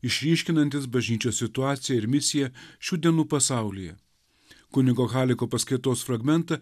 išryškinantis bažnyčios situaciją ir misiją šių dienų pasaulyje kunigo haliko paskaitos fragmentą